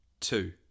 two